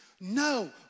no